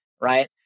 right